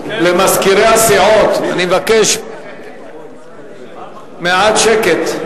מזכירי הסיעות, אני מבקש מעט שקט.